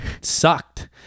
sucked